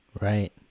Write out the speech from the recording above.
Right